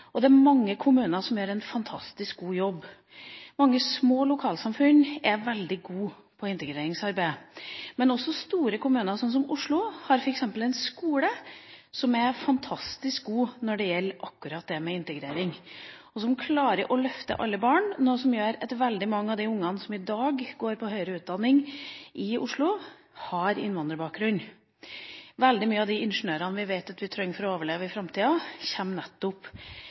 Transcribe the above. feltet. Det er mange kommuner som gjør en fantastisk god jobb. Mange små lokalsamfunn er veldig gode på integreringsarbeid. Men det gjelder også store kommuner, som Oslo, som f.eks. har en skole som er fantastisk god på akkurat det med integrering, og som klarer å løfte alle barn, noe som gjør at veldig mange av de unge som i dag tar høyere utdanning i Oslo, har innvandrerbakgrunn. Veldig mange av de ingeniørene som vi vet vi trenger for å overleve i framtida, har nettopp